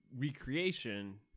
recreation